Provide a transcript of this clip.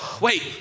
Wait